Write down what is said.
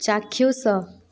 ଚାକ୍ଷୁସ